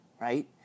right